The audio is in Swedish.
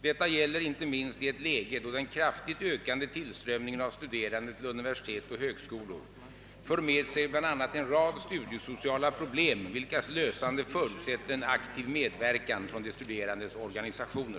Detta gäller inte minst i ett läge, då den kraftigt ökande tillströmningen av studerande till universitet och högskolor för med sig bl.a. en rad studiesociala problem, vilkas lösande förutsätter en aktiv medverkan från de studerandes organisationer.